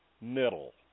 middle